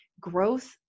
Growth